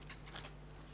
בבקשה.